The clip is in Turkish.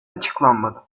açıklanmadı